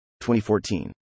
2014